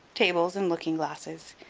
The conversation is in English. tables, and looking-glasses,